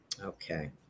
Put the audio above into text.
okay